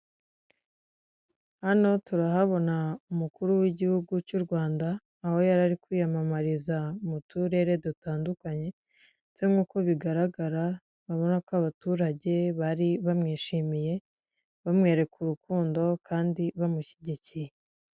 Hano turahabona umukuru w'igihugu cy'u Rwanda aho yari ari kwiyamamariza mu turere dutandukanye ndetse nk'uko bigaragara abona ko abaturage bari bamwishimiye bamwereka urukundo kandi bamushyigikiye.